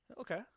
Okay